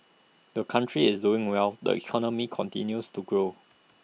the country is doing well the economy continues to grow